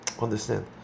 Understand